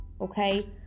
okay